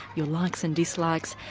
your likes and dislikes,